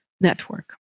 network